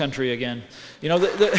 country again you know th